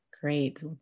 Great